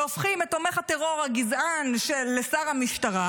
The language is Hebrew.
והופכים את תומך הטרור הגזען לשר המשטרה,